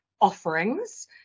offerings